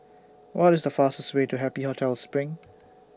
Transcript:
What IS The fastest Way to Happy Hotel SPRING